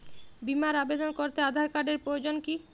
বিমার আবেদন করতে আধার কার্ডের প্রয়োজন কি?